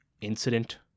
incident